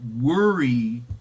worry